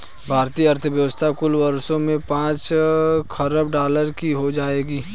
भारतीय अर्थव्यवस्था कुछ वर्षों में पांच खरब डॉलर की हो जाएगी